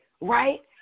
right